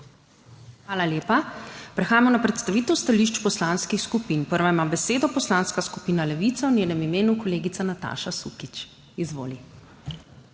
Hvala lepa. Prehajamo na predstavitev stališč poslanskih skupin. Prva ima besedo Poslanska skupina Levica, v njenem imenu kolegica Nataša Sukič. Izvoli.